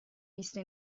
visto